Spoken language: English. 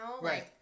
Right